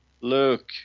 Look